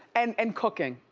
and and cooking.